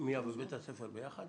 הפנימייה ובית הספר ביחד?